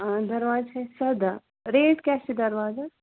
دروازٕ چھِ اَسہِ سداہ ریٹ کیٛاہ چھِ دروازس